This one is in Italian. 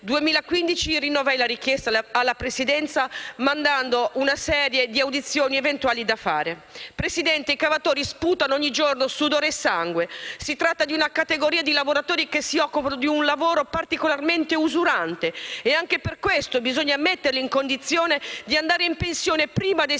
2015 rinnovai la richiesta alla Presidenza, inviando una lista di audizioni eventuali da svolgere. Signora Presidente, i cavatori sputano ogni giorno sudore e sangue. Si tratta di una categoria di lavoratori che fanno un lavoro particolarmente usurante e anche per questo bisogna metterli in condizioni di andare in pensione prima dei